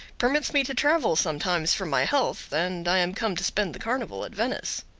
permits me to travel sometimes for my health, and i am come to spend the carnival at venice.